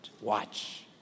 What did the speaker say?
Watch